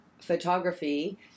photography